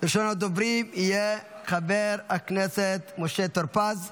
ראשון הדוברים יהיה חבר הכנסת משה טור פז.